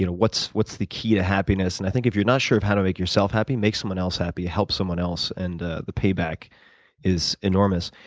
you know what's what's the key to happiness? and i think if you're not sure how to make yourself happy, make someone else happy. help someone else and the payback is enormous.